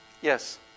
Yes